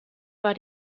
war